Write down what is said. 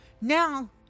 now